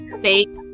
fake